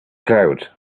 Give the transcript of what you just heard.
clouds